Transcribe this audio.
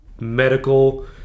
medical